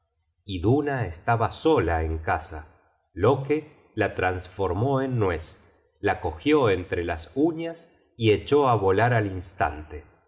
mar iduna estaba sola en casa loke la trasformó en nuez la cogió entre las uñas y echó á volar al instante